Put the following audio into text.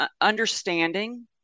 understanding